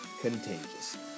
contagious